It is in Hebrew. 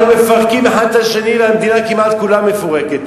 אנחנו מפרקים אחד את השני והמדינה כמעט כולה מפורקת,